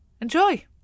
Enjoy